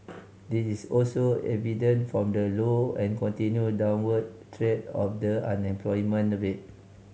this is also evident from the low and continued downward trend of the unemployment rate